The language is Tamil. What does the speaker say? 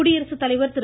குடியரசு தலைவர் திரு